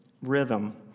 rhythm